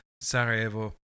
Sarajevo